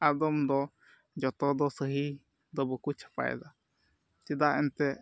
ᱟᱫᱚᱢ ᱫᱚ ᱡᱚᱛᱚ ᱫᱚ ᱥᱟᱹᱦᱤ ᱵᱟᱠᱚ ᱪᱷᱟᱯᱟᱭᱮᱫᱟ ᱪᱮᱫᱟᱜ ᱮᱱᱛᱮᱜ